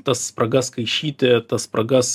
tas spragas kaišyti tas spragas